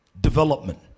Development